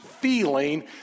feeling